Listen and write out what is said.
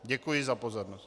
Děkuji za pozornost.